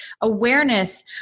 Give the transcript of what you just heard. awareness